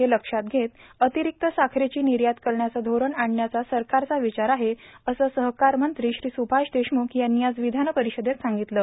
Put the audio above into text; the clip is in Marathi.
हे लक्षात घेत अतिरिक्त साखरेची निर्यात करण्याचं धोरण आणण्याचा सरकारचा विचार आहे असं सहकार मंत्री श्री सुभाष देशमुख यांनी आज विधान परिषदेत सांगितलं